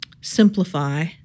simplify